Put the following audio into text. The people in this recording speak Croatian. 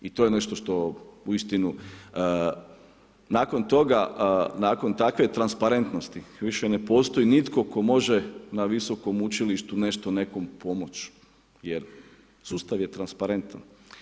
I to je nešto što uistinu, nakon toga, nakon takve transparentnosti, više ne postoji nitko tko može na visokom učilištu nešto nekome pomoći, jer sustav je transparentan.